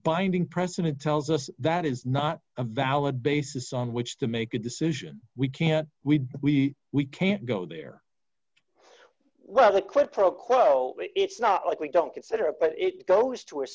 binding precedent tells us that is not a valid basis on which to make a decision we can't we we we can't go there well a quid pro quo it's not like we don't consider but it goes to